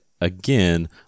again